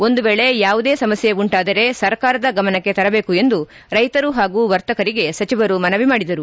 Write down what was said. ಒಂದು ವೇಳೆ ಯಾವುದೇ ಸಮಸ್ಯೆ ಉಂಟಾದರೆ ಸರ್ಕಾರದ ಗಮನಕ್ಕೆ ತರಬೇಕು ಎಂದು ರೈತರು ಹಾಗೂ ವರ್ತಕರಿಗೆ ಸಚಿವರು ಮನವಿ ಮಾಡಿದರು